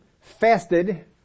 fasted